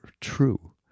true